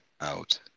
out